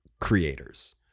creators